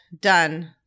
done